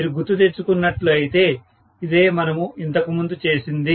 మీరు గుర్తుతెచ్చుకున్నట్లు అయితే ఇదే మనము ఇంతకు ముందు చేసింది